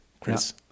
Chris